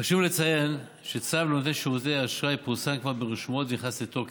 חשוב לציין שצו לנותני שירותי האשראי פורסם כבר ברשומות ונכנס לתוקף,